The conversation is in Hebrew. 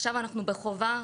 עכשיו אנחנו בחובה,